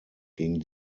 gegen